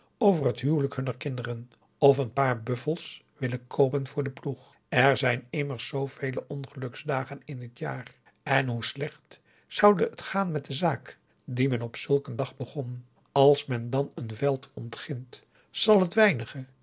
over het huwelijk hunner kinderen of een paar buffels willen koopen voor den ploeg er zijn immers zoovele ongeluks dagen in het jaar en hoe slecht zoude het gaan augusta de wit orpheus in de dessa met de zaak die men op zulk een dag begon als men dan een veld ontgint zal het weinige